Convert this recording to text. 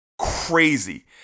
crazy